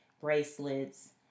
bracelets